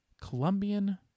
Colombian